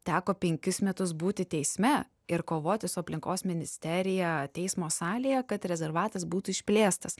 teko penkis metus būti teisme ir kovoti su aplinkos ministerija teismo salėje kad rezervatas būtų išplėstas